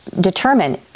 determine